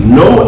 no